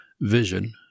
Vision